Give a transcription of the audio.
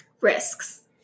risks